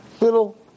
little